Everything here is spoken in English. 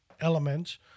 elements